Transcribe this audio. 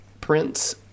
Prince